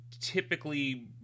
typically